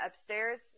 upstairs